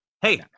Hey